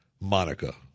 Monica